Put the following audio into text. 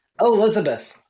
elizabeth